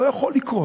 לא יכול לקרות.